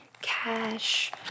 cash